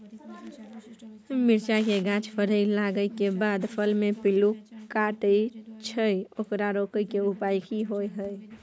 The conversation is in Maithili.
मिरचाय के गाछ फरय लागे के बाद फल में पिल्लू काटे छै ओकरा रोके के उपाय कि होय है?